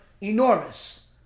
enormous